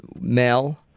male